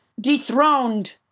dethroned